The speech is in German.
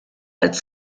als